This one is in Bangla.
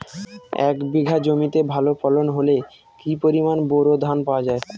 এক বিঘা জমিতে ভালো ফলন হলে কি পরিমাণ বোরো ধান পাওয়া যায়?